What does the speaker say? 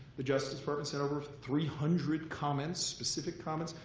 the justice department said over three hundred comments, specific comments,